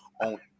on